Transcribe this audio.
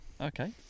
Okay